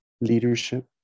leadership